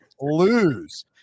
lose